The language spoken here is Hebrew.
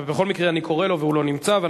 בכל מקרה, אני קורא לו והוא לא נמצא.